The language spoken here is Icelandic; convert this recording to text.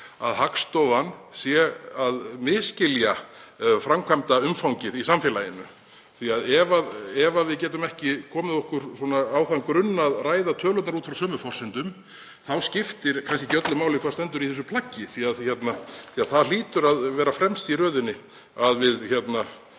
að Hagstofan sé að misskilja framkvæmdaumfangið í samfélaginu? Ef við getum ekki komið okkur á þann grunn að ræða tölurnar út frá sömu forsendum þá skiptir kannski ekki öllu máli hvað stendur í þessu plaggi. Það hlýtur að vera fremst í röðinni að við tölum